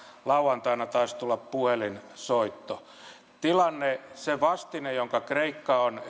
lauantaina taisi tulla puhelinsoitto se vastine jonka kreikka on